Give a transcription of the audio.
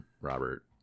robert